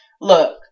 Look